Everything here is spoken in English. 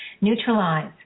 neutralize